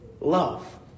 love